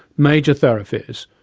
major thoroughfares,